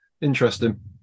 interesting